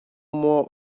more